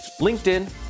LinkedIn